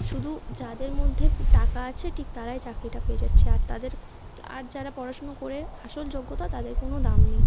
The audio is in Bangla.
শুধু যাদের মধ্যে টাকা আছে ঠিক তারাই চাকরিটা পেয়ে যাচ্ছে আর তাদের আর যারা পড়াশুনো করে আসল যোগ্যতা তাদের কোনো দাম নেই